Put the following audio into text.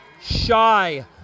shy